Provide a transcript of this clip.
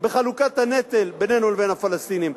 בחלוקת הנטל בינינו לבין הפלסטינים.